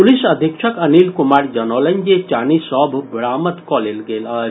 police अधीक्षक अनिल कुमार जनौलनि जे चानी सभ बरामद भऽ गेल अछि